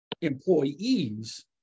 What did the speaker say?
employees